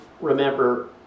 remember